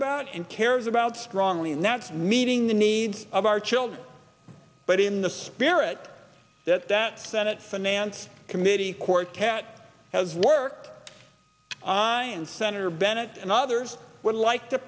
about and cares about strongly and that's meeting the needs of our children but in the spirit that that senate finance committee course cat has worked i and senator bennett and others would like to